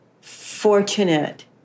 fortunate